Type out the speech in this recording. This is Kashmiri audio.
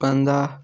پَنٛداہ